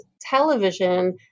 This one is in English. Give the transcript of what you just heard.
television